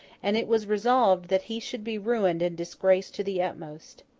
and it was resolved that he should be ruined and disgraced to the utmost.